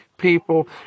people